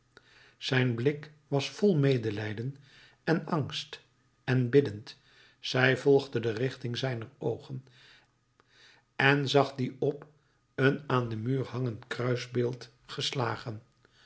zijn blik was vol medelijden en angst en biddend zij volgde de richting zijner oogen en zag die op een aan den muur hangend kruisbeeld geslagen